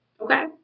okay